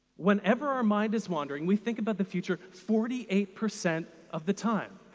whenever our mind is wandering, we think about the future forty eight percent of the time.